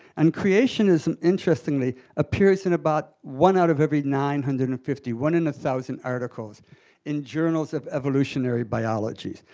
and creationism interestingly appears in about one out of every nine hundred and fifty, one in a thousand articles in journals of evolutionary biology.